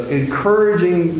encouraging